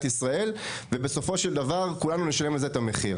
ישראל ובסופו של דבר כולנו נשלם על זה את המחיר.